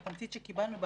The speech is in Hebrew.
בתמצית שקיבלנו,